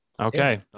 Okay